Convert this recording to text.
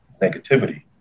negativity